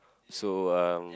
so um